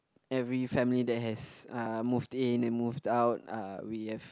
every family that has uh moved in and moved out uh we have